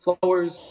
flowers